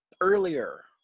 earlier